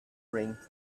ring